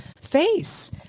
face